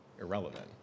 irrelevant